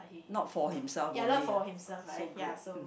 not for himself only ah so great